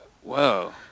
Whoa